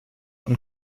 und